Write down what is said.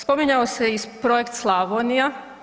Spominjao se i projekt Slavonija.